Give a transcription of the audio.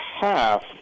half